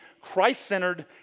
Christ-centered